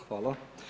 Hvala.